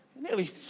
nearly